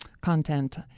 content